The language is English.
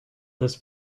this